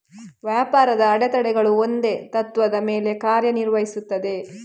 ವ್ಯಾಪಾರದ ಅಡೆತಡೆಗಳು ಒಂದೇ ತತ್ತ್ವದ ಮೇಲೆ ಕಾರ್ಯ ನಿರ್ವಹಿಸುತ್ತವೆ